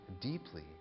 deeply